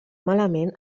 malament